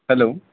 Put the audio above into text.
hello